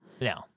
No